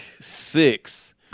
six